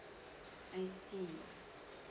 I see